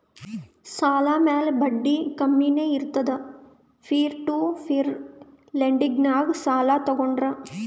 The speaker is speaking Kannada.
ಸಾಲ ಮ್ಯಾಲ ಬಡ್ಡಿ ಕಮ್ಮಿನೇ ಇರ್ತುದ್ ಪೀರ್ ಟು ಪೀರ್ ಲೆಂಡಿಂಗ್ನಾಗ್ ಸಾಲ ತಗೋಂಡ್ರ್